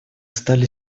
стали